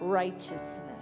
righteousness